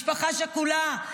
משפחה שכולה.